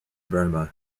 burma